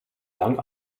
lang